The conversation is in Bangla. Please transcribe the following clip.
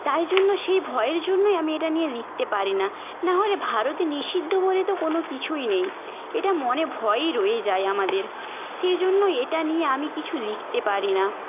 তাই জন্য সেই ভয়ের জন্যই আমি এটা নিয়ে লিখতে পারি না নাহলে ভারতে নিষিদ্ধ বলে তো কোনও কিছুই নেই এটা মনে ভয়ই রয়ে যায় আমাদের সেই জন্যই এটা নিয়ে আমি কিছু লিখতে পারি না